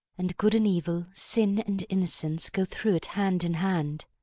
and good and evil, sin and innocence, go through it hand in hand.